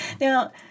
Now